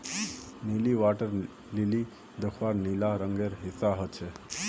नीली water lily दख्वार नीला रंगेर हिस्सा ह छेक